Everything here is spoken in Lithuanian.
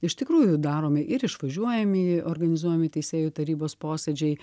iš tikrųjų daromi ir išvažiuojamieji organizuojami teisėjų tarybos posėdžiai